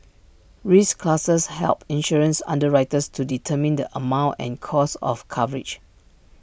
risk classes help insurance underwriters to determine the amount and cost of coverage